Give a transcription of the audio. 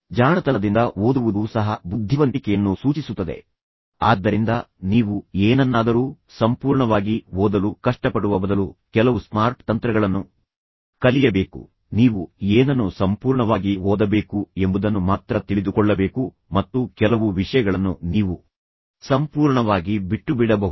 ಜಾಣತನದಿಂದ ಓದುವುದು ಸಹ ಬುದ್ಧಿವಂತಿಕೆಯನ್ನು ಸೂಚಿಸುತ್ತದೆ ಆದ್ದರಿಂದ ನೀವು ಏನನ್ನಾದರೂ ಸಂಪೂರ್ಣವಾಗಿ ಓದಲು ಕಷ್ಟಪಡುವ ಬದಲು ಕೆಲವು ಸ್ಮಾರ್ಟ್ ತಂತ್ರಗಳನ್ನು ಕಲಿಯಬೇಕು ನೀವು ಏನನ್ನು ಸಂಪೂರ್ಣವಾಗಿ ಓದಬೇಕು ಎಂಬುದನ್ನು ಮಾತ್ರ ತಿಳಿದುಕೊಳ್ಳಬೇಕು ಮತ್ತು ಕೆಲವು ವಿಷಯಗಳನ್ನು ನೀವು ಸಂಪೂರ್ಣವಾಗಿ ತೆಗೆದುಹಾಕಬಹುದು ಮತ್ತು ಬಿಟ್ಟುಬಿಡಬಹುದು